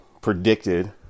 predicted